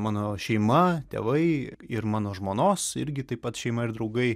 mano šeima tėvai ir mano žmonos irgi taip pat šeima ir draugai